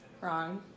Wrong